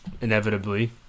inevitably